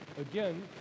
again